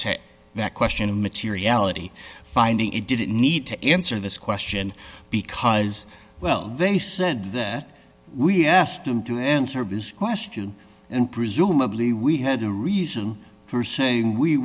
to that question of materiality finding it didn't need to answer this question because well they said that we asked them to answer biz question and presumably we had a reason for saying we